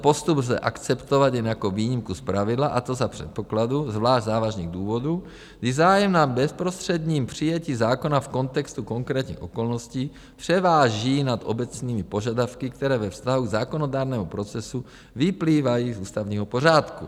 Tento postup lze akceptovat jen jako výjimku z pravidla, a to za předpokladu zvlášť závažných důvodů, kdy zájem na bezprostředním přijetí zákona v kontextu konkrétních okolností převáží nad obecnými požadavky, které ve vztahu k zákonodárnému procesu vyplývají z ústavního pořádku.